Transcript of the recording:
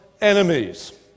enemies